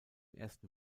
ersten